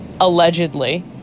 allegedly